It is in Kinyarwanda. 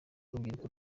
urubyiruko